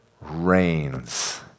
reigns